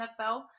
NFL